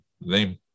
name